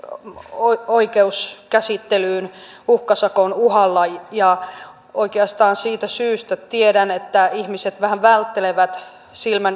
oikeuskäsittelyyn uhkasakon uhalla ja ja oikeastaan siitä syystä tiedän että ihmiset vähän välttelevät